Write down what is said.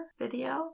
video